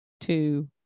two